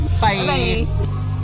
Bye